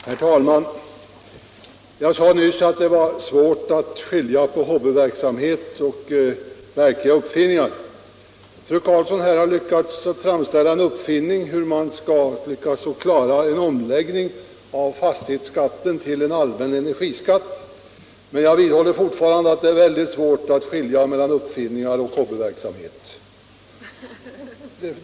Herr talman! Jag sade nyss att det var svårt att skilja på hobbyverksamhet och verkliga uppfinningar. Fru Karlsson har lyckats framställa en uppfinning hur man skall klara en omläggning av fastighetsskatten till en allmän energiskatt. Men jag vidhåller att det är väldigt svårt att skilja mellan uppfinningar och hobbyverksamhet.